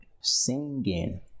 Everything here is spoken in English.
singing